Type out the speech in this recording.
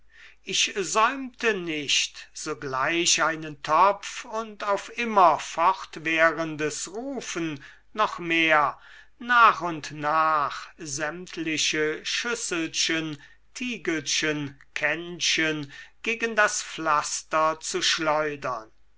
ich säumte nicht sogleich einen topf und auf immer fortwährendes rufen noch mehr nach und nach sämtliche schüsselchen tiegelchen kännchen gegen das pflaster zu schleudern